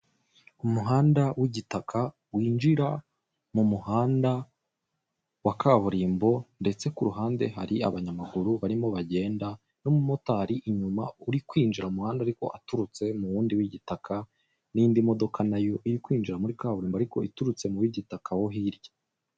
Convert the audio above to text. Umuhanda w'igitaka ,winjira mu muhanda wa kaburimbo, ndetse kuruhande hari, abanyamaguru barimo bagenda n'umumotari inyuma uri kwinjira mu muhanda ariko aturutse mu muhanda w'igitaka n'indi modoka nayo irikwinjira muri kaburimbo ariko iturutse muwigitaka wo hirya.